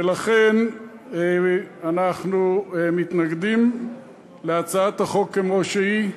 ולכן אנחנו מתנגדים להצעת החוק כמו שהיא,